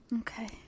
Okay